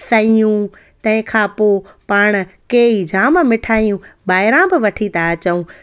सयूं तंहिंखा पोइ पाण कई जाम मिठाइयूं ॿाहिरां बि वठी ता अचूं